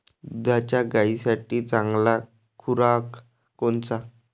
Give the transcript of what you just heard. दुधाच्या गायीसाठी चांगला खुराक कोनचा?